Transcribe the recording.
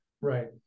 Right